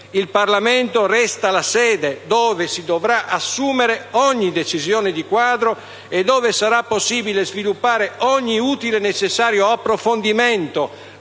Il Parlamento resta la sede dove si dovrà assumere ogni decisione di quadro e dove sarà possibile sviluppare ogni utile e necessario approfondimento